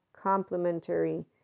complementary